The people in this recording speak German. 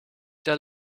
der